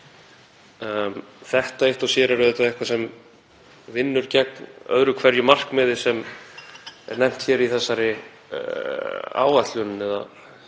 Þetta eitt og sér er eitthvað sem vinnur gegn öðru hverju markmiði sem er nefnt hér í þessari áætlun